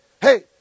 hey